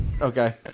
okay